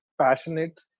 passionate